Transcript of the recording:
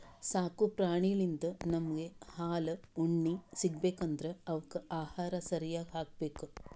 ಸಾಕು ಪ್ರಾಣಿಳಿಂದ್ ನಮ್ಗ್ ಹಾಲ್ ಉಣ್ಣಿ ಸಿಗ್ಬೇಕ್ ಅಂದ್ರ ಅವಕ್ಕ್ ಆಹಾರ ಸರ್ಯಾಗ್ ಹಾಕ್ಬೇಕ್